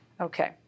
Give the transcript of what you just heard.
Okay